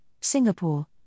Singapore